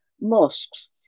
mosques